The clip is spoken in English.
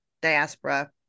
diaspora